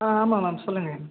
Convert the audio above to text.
ஆ ஆமா மேம் சொல்லுங்க